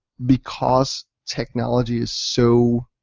because technology is so